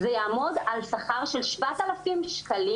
כשאת מדברת איתי על הסכם צד, באיזה סכומים מדובר?